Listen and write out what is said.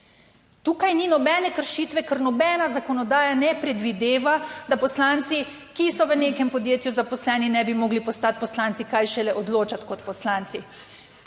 Tukaj ni nobene kršitve, ker nobena zakonodaja ne predvideva, da poslanci, ki so v nekem podjetju zaposleni, ne bi mogli postati poslanci, kaj šele odločati kot poslanci.